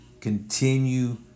Continue